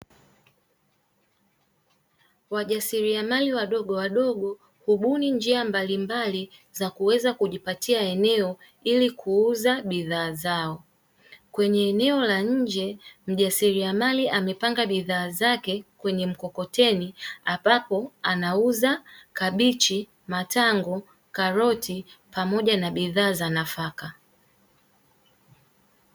Wajasiliamali wadogo hubuni njia mbalimbali za kuweza kujipatia eneo ili kuuza bidhaa zao, kwenye eneo la nje mjasiliamali amepanga bidhaa zake kwenye mkokoteni ambapo anauza kabichi, matango, karoti pamoja na bidhaa za nafaka.